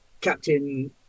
Captain